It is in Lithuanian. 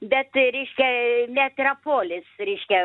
bet reiškia netrapolis reiškia